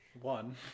one